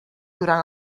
durant